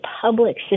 public